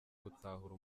gutahura